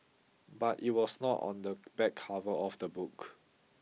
but it was not on the back cover of the book